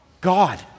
God